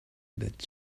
that